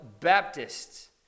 Baptists